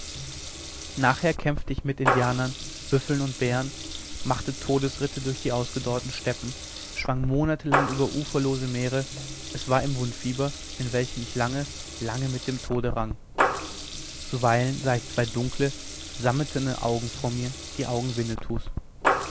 nachher kämpfte ich mit indianern büffeln und bären machte todesritte durch die ausgedorrten steppen schwamm monatelang über uferlose meere es war im wundfieber in welchem ich lange lange mit dem tode rang zuweilen hörte ich sam hawkens stimme wie aus weiter weiter ferne zuweilen sah ich zwei dunkle sammetne augen vor mir die augen winnetous